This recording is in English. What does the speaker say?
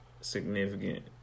significant